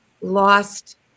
lost